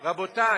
רבותי,